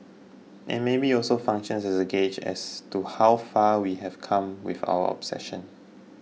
and maybe also functions as a gauge as to how far we have come with our obsession